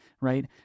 right